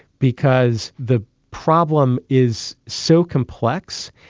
because the problem is so complex,